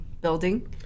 building